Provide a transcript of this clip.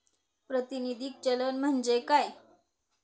प्रातिनिधिक चलन म्हणजे काय?